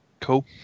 Cool